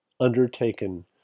undertaken